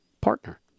partner